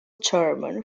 german